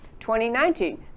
2019